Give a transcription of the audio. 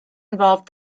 involved